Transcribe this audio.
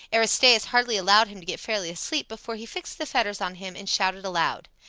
aristaeus hardly allowed him to get fairly asleep before he fixed the fetters on him and shouted aloud.